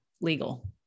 legal